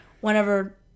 whenever